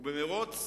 ובמירוץ